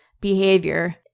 behavior